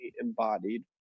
embodied